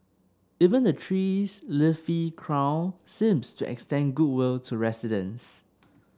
even the tree's leafy crown seemed to extend goodwill to residents